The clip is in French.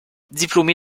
diplômé